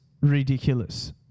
ridiculous